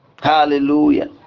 Hallelujah